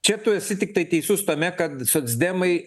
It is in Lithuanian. čia tu esi tiktai teisus tame kad socdemai